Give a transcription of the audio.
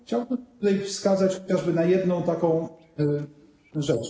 Chciałbym tutaj wskazać chociażby na jedną taką rzecz.